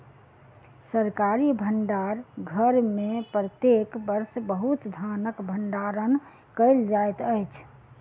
सरकारी भण्डार घर में प्रत्येक वर्ष बहुत धानक भण्डारण कयल जाइत अछि